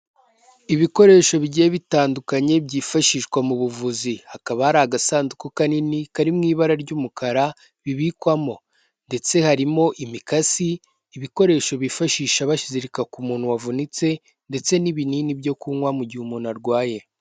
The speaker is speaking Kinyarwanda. Ibikoresho bigiye bitandukanye byifashishwa mu buvuzi. Hakaba hari agasanduku kanini kari mu ibara ry'umukara bibikwamo ndetse harimo imikasi, ibikoresho bifashisha baszirika ku muntu wavunitse ndetse n'ibinini byo kunywa mu gihe umuntu arwaye.